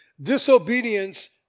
Disobedience